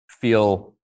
feel